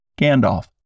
Gandalf